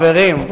חברים.